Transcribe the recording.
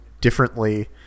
differently